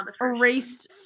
erased